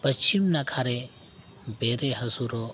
ᱯᱚᱥᱪᱷᱤᱢ ᱱᱟᱠᱷᱟ ᱨᱮ ᱵᱮᱨᱮ ᱦᱟᱹᱥᱩᱨᱚᱜ